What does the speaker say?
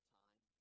time